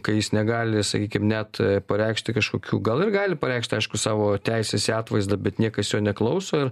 kai jis negali sakykim net pareikšti kažkokių gal ir gali pareikšti aiškų savo teises į atvaizdą bet niekas jo neklauso